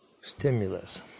stimulus